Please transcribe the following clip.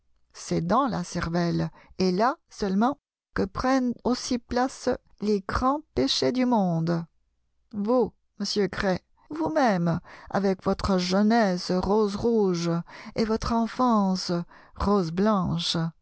dans la cervelle et là seulement que prennent aussi place les grands péchés du monde vous monsieur gray vous-même avec votre jeunesse rose rouge et votre enfance rose blanche